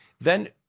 Then-